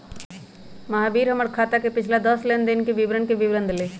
महावीर हमर खाता के पिछला दस लेनदेन के विवरण के विवरण देलय